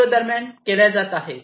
0 दरम्यान केल्या जात आहेत